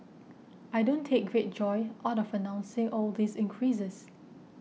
I don't take great joy out of announcing all these increases